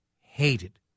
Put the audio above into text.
hated